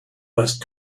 last